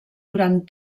durant